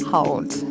hold